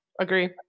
agree